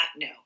No